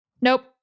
Nope